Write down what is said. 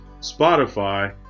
Spotify